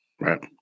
Right